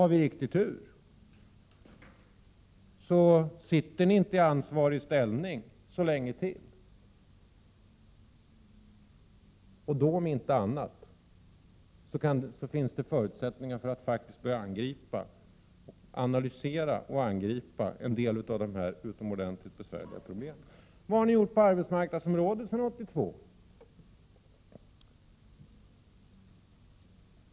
Har vi riktig tur så sitter ni inte i ansvarig ställning så länge till, och då om inte annat finns det förutsättningar för att faktiskt börja analysera och angripa en del av de här utomordentligt besvärliga problemen. Vad har ni gjort på arbetsmarknadsområdet från 1982?